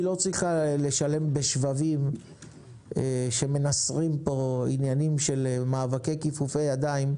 היא לא צריכה לשלם בשבבים שמנסרים פה עניינים של מאבקי כיפופי ידיים,